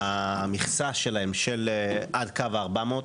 המכסה שלהם של עד קו ה-400.